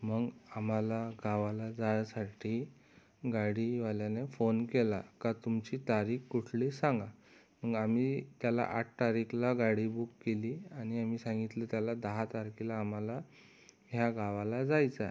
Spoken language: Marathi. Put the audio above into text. मग आम्हाला गावाला जाण्यासाठी गाडीवाल्याने फोन केला का तुमची तारीख कुठली सांगा मग आम्ही त्याला आठ तारीखला गाडी बुक केली आणि आम्ही सांगितलं त्याला दहा तारखेला आम्हाला ह्या गावाला जायचं आहे